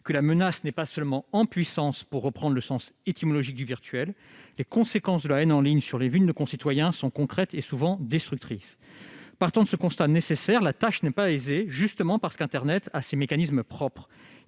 que la menace n'est pas seulement en puissance, pour reprendre le sens étymologique du mot « virtuel ». Les conséquences de la haine en ligne sur les vies de nos concitoyens sont concrètes et souvent destructrices. Partant de ce constat nécessaire, la tâche n'est pas aisée, justement parce qu'internet a ses mécanismes propres,